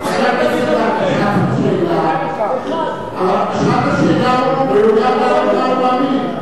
תן מקרה אחד שאיימו על חייל.